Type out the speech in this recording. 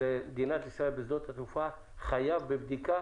למדינת ישראל חייב בבדיקה?